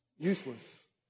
Useless